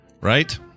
right